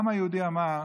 העם היהודי אמר: